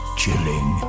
chilling